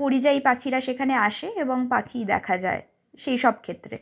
পরিযায়ী পাখিরা সেখানে আসে এবং পাখি দেখা যায় সেই সব ক্ষেত্রে